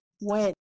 went